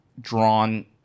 drawn